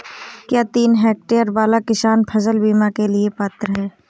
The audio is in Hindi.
क्या तीन हेक्टेयर वाला किसान फसल बीमा के लिए पात्र हैं?